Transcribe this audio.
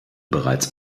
bereits